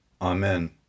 Amen